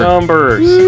Numbers